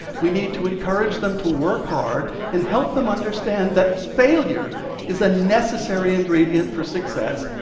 we need to encourage them to work hard and help them understand that failure is a necessary ingredient for success,